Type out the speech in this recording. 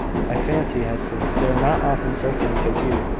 i fancy, hester they are not often so frank as you.